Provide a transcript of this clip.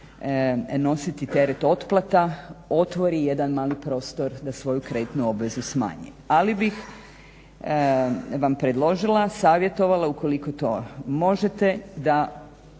nositi terete otplata, otvori jedan mali prostor da svoju kreditnu obvezu smanje. Ali bih vam predložila, savjetovala ukoliko to možete da